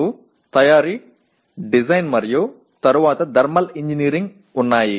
మీకు తయారీమాన్యుఫాక్చరింగ్ డిజైన్ మరియు తరువాత థర్మల్ ఇంజనీరింగ్ ఉన్నాయి